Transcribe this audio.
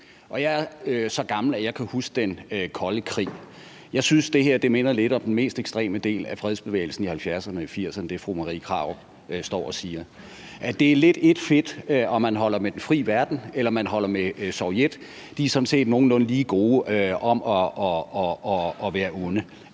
jeg er så gammel, at jeg kan huske den kolde krig. Jeg synes, at det, fru Marie Krarup står og siger, minder lidt om den mest ekstreme del af fredsbevægelsen i 70'erne og 80'erne. Det er lidt ét fedt, om man holder med den frie verden, eller om man holder med Sovjetunionen. De er sådan set nogenlunde lige gode om at være onde.